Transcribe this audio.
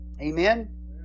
Amen